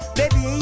baby